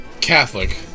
Catholic